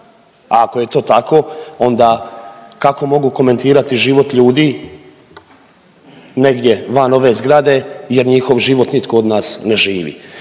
A ako je to tako, onda kako mogu komentirati život ljudi negdje van ove zgrade jer njihov život nitko od nas ne živi?